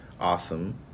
Awesome